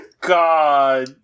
God